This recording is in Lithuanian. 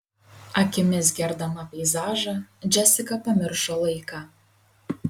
akimis gerdama peizažą džesika pamiršo laiką